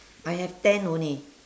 I have ten only